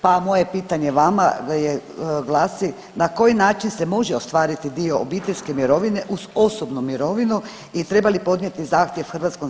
Pa moje pitanje vama glasi, na koji način se može ostvariti dio obiteljske mirovine uz osobnu imovinu i treba li podnijeti zahtjev za HZMO-u?